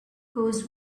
goes